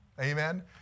Amen